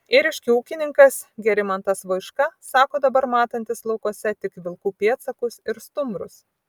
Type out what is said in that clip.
ėriškių ūkininkas gerimantas voiška sako dabar matantis laukuose tik vilkų pėdsakus ir stumbrus